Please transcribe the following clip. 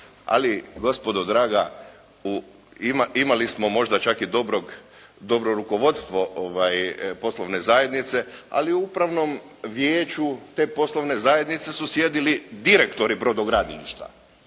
Ali gospodo draga, imali smo možda čak dobro rukovodstvo poslovne zajednice, ali u upravnom vijeću te poslovne zajednice su sjedili direktori brodogradilišta